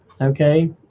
okay